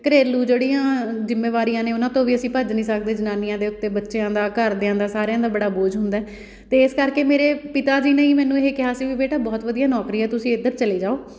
ਘਰੇਲੂ ਜਿਹੜੀਆਂ ਜ਼ਿੰਮੇਵਾਰੀਆਂ ਨੇ ਉਹਨਾਂ ਤੋਂ ਵੀ ਅਸੀਂ ਭੱਜ ਨਹੀਂ ਸਕਦੇ ਜਨਾਨੀਆਂ ਦੇ ਉੱਤੇ ਬੱਚਿਆਂ ਦਾ ਘਰਦਿਆਂ ਦਾ ਸਾਰਿਆਂ ਦਾ ਬੜਾ ਬੋਝ ਹੁੰਦਾ ਅਤੇ ਇਸ ਕਰਕੇ ਮੇਰੇ ਪਿਤਾ ਜੀ ਨੇ ਹੀ ਮੈਨੂੰ ਇਹ ਕਿਹਾ ਸੀ ਵੀ ਬੇਟਾ ਬਹੁਤ ਵਧੀਆ ਨੌਕਰੀ ਆ ਤੁਸੀਂ ਇੱਧਰ ਚਲੇ ਜਾਓ